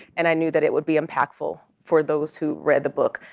and i knew that it would be impactful for those who read the book,